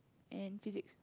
and physics